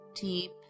deep